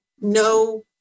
no